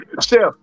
Chef